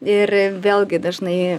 ir vėlgi dažnai